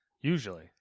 usually